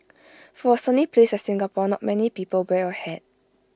for A sunny place like Singapore not many people wear A hat